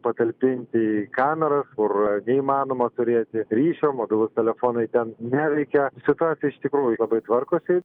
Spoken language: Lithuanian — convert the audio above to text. patalpinti į kameras kur neįmanoma turėti ryšio mobilūs telefonai ten neveikia situacija iš tikrųjų labai tvarkosi